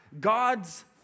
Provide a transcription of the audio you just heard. God's